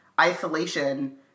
isolation